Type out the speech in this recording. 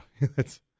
that's-